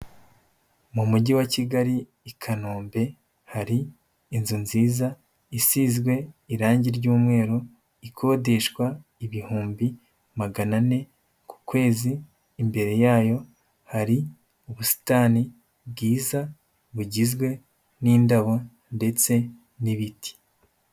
Mu mujyi wa Kigali i Kanombe hari inzu nziza isizwe irange ry'umweru, ikodeshwa ibihumbi magana ane ku kwezi, imbere yayo hari ubusitani bwiza bugizwe n'indabo ndetse n'ibiti.